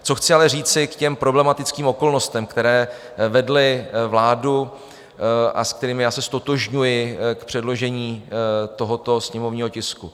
Co chci ale říci k těm problematickým okolnostem, které vedly vládu a se kterými se ztotožňuji, k předložení tohoto sněmovního tisku.